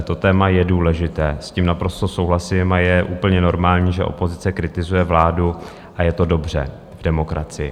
To téma je důležité, s tím naprosto souhlasím, a je úplně normální, že opozice kritizuje vládu, a je to dobře v demokracii.